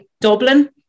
Dublin